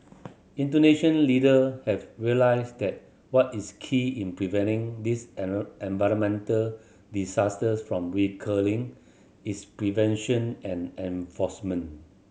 Indonesian leader have realised that what is key in preventing this environmental disasters from recurring is prevention and enforcement